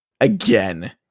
Again